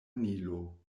nilo